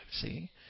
See